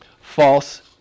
False